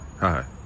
Hi